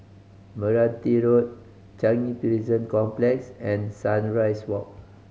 Meranti Road Changi Prison Complex and Sunrise Walk